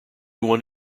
one